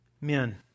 men